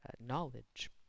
knowledge